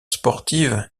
sportive